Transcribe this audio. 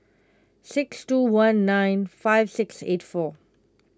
six two one nine five six eight four